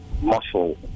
muscle